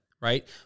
right